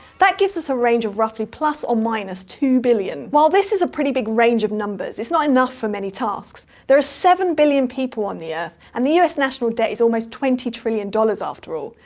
that gives us a range of roughly plus or minus two billion. while this is a pretty big range of numbers, it's not enough for many tasks. there are seven billion people on the earth, and the us national debt is almost twenty trillion dollars after all.